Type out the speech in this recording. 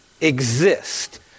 exist